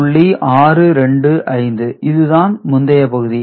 625 இது இதுதான் முந்தைய பகுதி